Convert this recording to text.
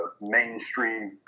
mainstream